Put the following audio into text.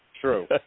True